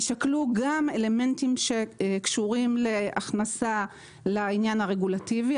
יישקלו גם אלמנטים שקשורים להכנסה לעניין הרגולטיבי,